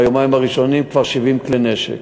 ביומיים הראשונים כבר 70 כלי נשק.